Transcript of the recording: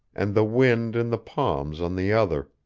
and the wind in the palms on the other.